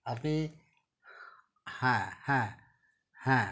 আপনি হ্যাঁ হ্যাঁ হ্যাঁ